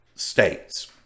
States